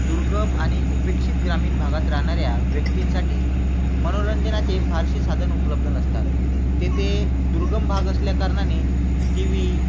दुर्गम आणि उपेक्षित ग्रामीण भागात राहणाऱ्या व्यक्तींसाठी मनोरंजनाचे फारसे साधन उपलब्ध नसतात तेथे दुर्गम भाग असल्या कारणाने टी व्ही